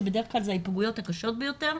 שזה בדרך כלל ההיפגעויות הקשות ביותר,